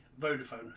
Vodafone